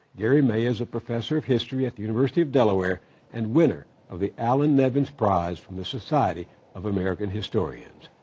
gary may is a professor of history at the university of delaware and winner of the allan nevins prize from the society of american historians.